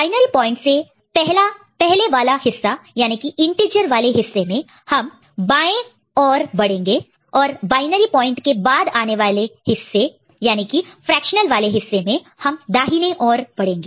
binary point से पहले वाला हिस्सा याने की इंटीजर वाले हिस्से में हम बाय लेफ्ट left और बढ़ेंगे और बायनरी पॉइंट के बाद आने वाला हिस्सा याने की फ्रेक्शनल वाले हिस्से में हम दाहिने राइट right और बढ़ेंगे